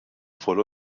voll